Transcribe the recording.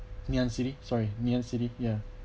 ngee-ann city sorry ngee-ann city ya